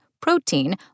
protein